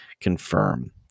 confirm